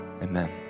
Amen